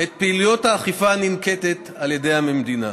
את פעילות האכיפה הננקטת על ידי המדינה.